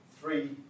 three